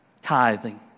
tithing